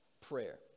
prayer